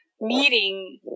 meeting